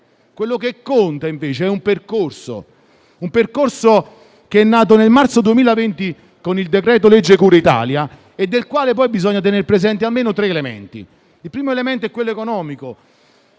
quello che conta, invece, è un percorso che è nato nel marzo 2020 con il decreto-legge cura Italia e del quale poi bisogna tener presente almeno tre elementi. Il primo elemento è quello economico: